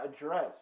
address